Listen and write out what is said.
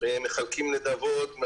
מחלקים נדבות,